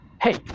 hey